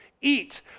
Eat